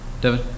Devin